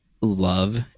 love